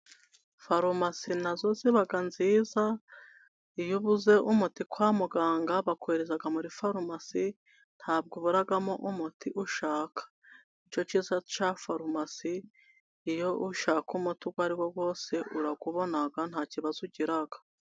Farumasi nazo zibaga nziza iyo ubu umuti kwa muganga bakoreza muri farumasi ntabwo waragamo umuti, ushaka inshoce za farumasi iyo ushaka umuti, ubwo ariho bose urakubona nta kibazo ugira.